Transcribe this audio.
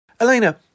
Elena